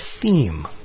theme